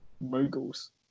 Moguls